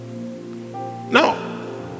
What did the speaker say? no